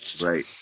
Right